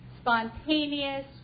spontaneous